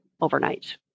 overnight